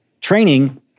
Training